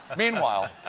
meanwhile,